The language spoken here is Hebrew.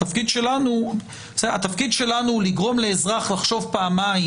התפקיד שלנו הוא לגרום לאזרח שעשה עבירה לחשוב פעמיים